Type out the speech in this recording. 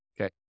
Okay